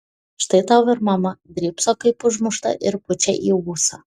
štai tau ir mama drybso kaip užmušta ir pučia į ūsą